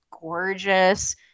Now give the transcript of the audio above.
gorgeous